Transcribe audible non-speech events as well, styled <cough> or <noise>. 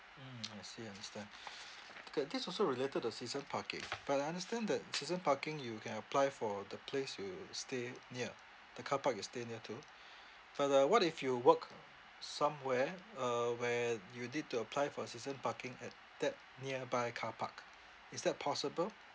mm I see understand <breath> okay this also related to season parking but I understand that season parking you can apply for the place you stay near the carpark you stay near to but uh what if you work somewhere uh where you need to apply for a season parking at that nearby carpark is that possible